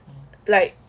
like